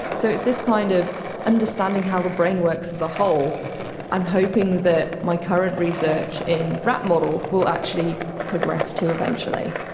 so it's this kind of understanding how the brain works as a whole i'm hoping that my current research in rat models will actually progress to eventually.